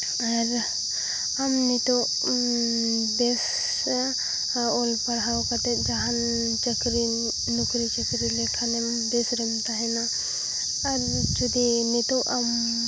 ᱟᱨ ᱟᱢ ᱱᱤᱛᱚᱜ ᱵᱮᱥᱟ ᱚᱞ ᱯᱟᱲᱦᱟᱣ ᱠᱟᱛᱮᱫ ᱡᱟᱦᱟᱱ ᱪᱟᱹᱠᱨᱤ ᱱᱚᱠᱨᱤ ᱪᱟᱹᱠᱨᱤ ᱞᱮᱠᱷᱟᱱᱮᱢ ᱵᱮᱥ ᱨᱮᱢ ᱛᱟᱦᱮᱱᱟ ᱟᱨ ᱡᱩᱫᱤ ᱱᱤᱛᱚᱜ ᱟᱢ